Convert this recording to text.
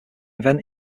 event